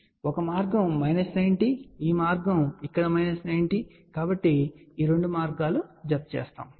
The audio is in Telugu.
కాబట్టి ఒక మార్గం మైనస్ 90 ఈ మార్గం ఇక్కడ మైనస్ 90 కాబట్టి ఈ రెండు మార్గాలు జతచేయబడతాయి